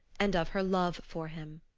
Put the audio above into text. and of her love for him.